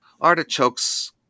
artichokes